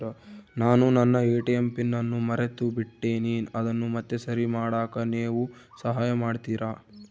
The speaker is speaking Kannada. ನಾನು ನನ್ನ ಎ.ಟಿ.ಎಂ ಪಿನ್ ಅನ್ನು ಮರೆತುಬಿಟ್ಟೇನಿ ಅದನ್ನು ಮತ್ತೆ ಸರಿ ಮಾಡಾಕ ನೇವು ಸಹಾಯ ಮಾಡ್ತಿರಾ?